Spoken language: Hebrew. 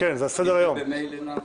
אבל זה ממילא נעשה.